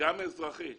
גם אזרחי,